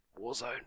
Warzone